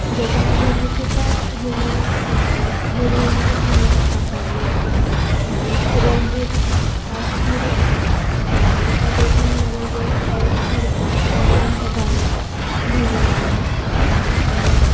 ज्याच्यामध्ये दिपिका हिने हिरोईनची भूमिका साकारली आहे आणि रणवीर हा हिरो असतो आणि त्या दोघांमध्ये जे काही घडतं त्यावरून हे गाणं लिहिलेलं आहे आणि